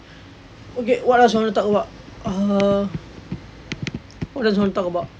okay what else you wanna talk about err what else you wanna talk about